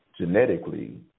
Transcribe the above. genetically